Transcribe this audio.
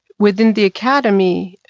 within the academy,